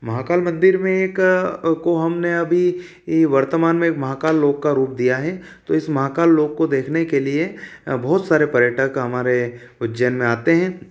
महाकाल मंदिर में एक को हमने अभी वर्तमान में महाकाल लोक का रूप दिया है तो इस महाकाल लोक को देखने के लिए बहुत सारे पर्यटक हमारे उज्जैन में आते है